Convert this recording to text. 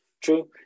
true